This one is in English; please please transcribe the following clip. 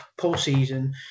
postseason